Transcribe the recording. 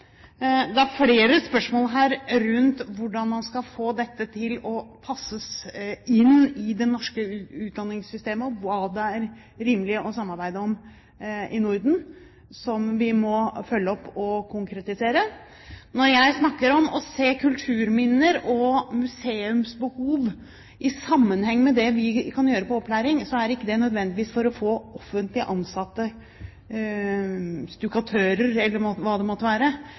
Det er flere spørsmål her – rundt hvordan man skal få dette til å passe inn i det norske utdanningssystemet og hva det er rimelig å samarbeide om i Norden – som vi må følge opp og konkretisere. Når jeg snakker om å se kulturminner og museumsbehov i sammenheng med det vi kan gjøre på opplæring, så er ikke det nødvendigvis for å få offentlig ansatte stukkatører – eller hva det måtte være